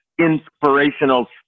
inspirational